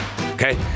okay